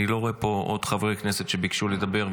אני לא רואה פה באולם עוד חברי כנסת שביקשו לדבר.